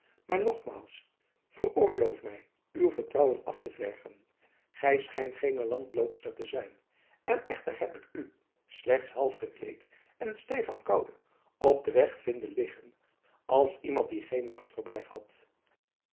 maar nogmaals veroorloof mij uw vertrouwen af te vergen gij schijnt geene landloopster te zijn en echter heb ik u slechts halfgekleed en stijf van koude op den weg vinden liggen als iemand die geen nachtverblijf had